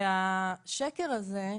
והשקר הזה,